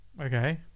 Okay